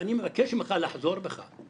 ואני מבקש ממך לחזור בך: